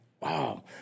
Wow